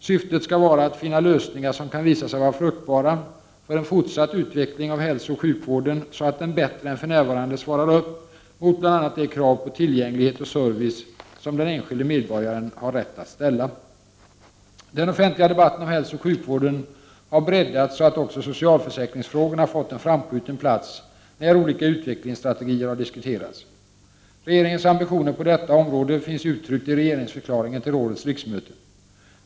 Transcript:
Syftet skall vara att finna lösningar som kan visa sig vara fruktbara för en fortsatt utveckling av hälsooch sjukvården så att den bättre än för närvarande svarar mot bl.a. de krav på tillgänglighet och service som den enskilde medborgaren har rätt att ställa. Den offentliga debatten om hälsooch sjukvården har breddats så att också socialförsäkringsfrågorna fått en framskjuten plats när olika utvecklingsstrategier har diskuterats. Regeringens ambitioner på detta område uttrycks i regeringsförklaringen till årets riksmöte.